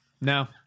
no